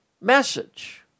message